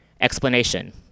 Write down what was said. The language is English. Explanation